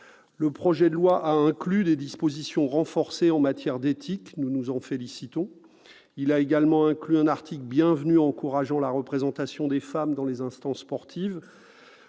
Le projet de loi a inclus des dispositions renforcées en matière d'éthique, et nous nous en félicitons. Il a également inclus un article bienvenu encourageant la représentation des femmes dans les instances sportives.